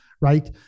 right